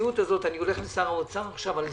אני הולך לשר האוצר על זה.